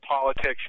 politics